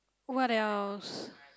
what else